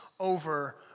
over